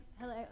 Hello